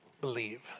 believe